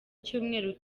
icyumweru